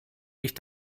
ich